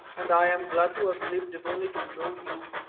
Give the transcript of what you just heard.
and i am glad to have lived if only to know you.